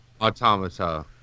Automata